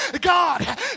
God